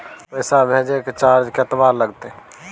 पैसा भेजय के चार्ज कतबा लागते?